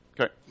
Okay